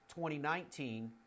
2019